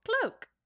cloak